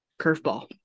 curveball